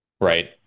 Right